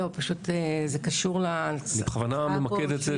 אני בכוונה ממקד את זה.